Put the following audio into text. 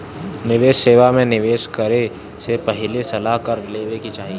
निवेश सेवा में निवेश करे से पहिले सलाह कर लेवे के चाही